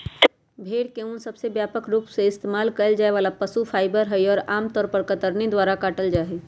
भेड़ के ऊन सबसे व्यापक रूप से इस्तेमाल कइल जाये वाला पशु फाइबर हई, और आमतौर पर कतरनी द्वारा काटल जाहई